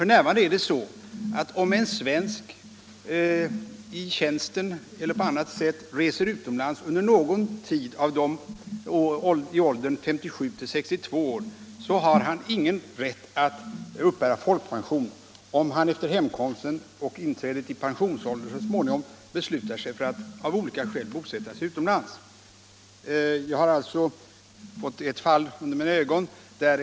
F.n. är det så att om en svensk i tjänsten eller av annat skäl reser utomlands under någon tid i åldern 57-62 år har han ingen rätt att uppbära pension om han efter hemkomsten och inträdet i pensionsåldern beslutar sig för att bosätta sig utomlands. Jag har fått ett fall under mina ögon.